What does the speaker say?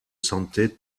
santé